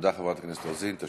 תודה, חברת הכנסת רוזין.